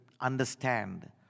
understand